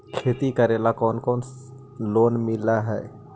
खेती करेला कौन कौन लोन मिल हइ?